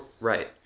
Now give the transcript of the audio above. Right